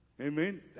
Amen